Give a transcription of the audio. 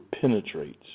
penetrates